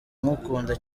ngukunda